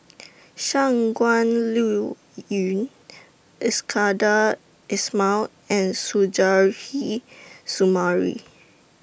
Shangguan Liuyun Iskandar Ismail and Suzairhe Sumari